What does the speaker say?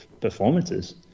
performances